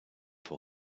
for